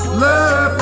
love